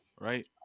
right